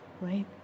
right